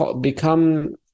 become